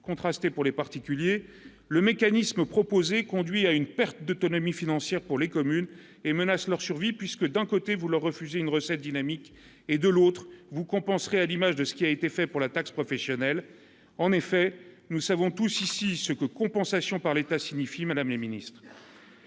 contrasté pour les particuliers, le mécanisme proposé conduit à une perte d'autonomie financière pour les communes et menace leur survie, puisque d'un côté vous leur refusez une recette dynamique et de l'autre vous compenserait à l'image de ce qui a été fait pour la taxe professionnelle, en effet, nous savons tous ici, ceux que compensation par l'État signifie Madame la Ministre,